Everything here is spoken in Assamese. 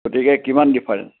গতিকে কিমান ডিফাৰেনচ